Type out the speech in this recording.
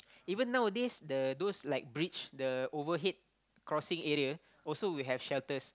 even nowadays the those like bridge the overhead crossing area also will have shelters